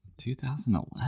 2011